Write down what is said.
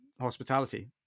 hospitality